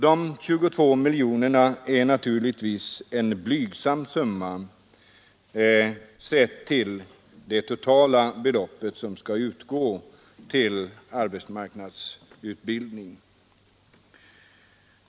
Dessa 22 miljoner är naturligtvis en blygsam summa i förhållande till de totala belopp som skall utgå till arbetsmarknadsutbildningen.